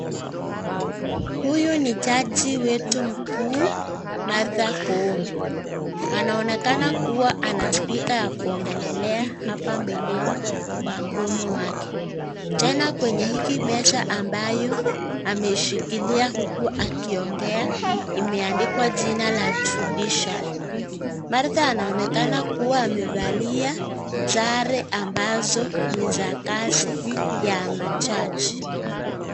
Huyu ni jaji wetu mkuu, Martha Koome. Anaonekana kuwa ana spika ya kuongelelea hapa mbeleni kwa mdomo wake. Tena kwenye hiki meza ambayo ameshikilia huku akiongea, imeandikwa jina la Judiciary . Martha anaonekana kuwa amevalia sare ambazo ni za kazi ya majaji.